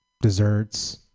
desserts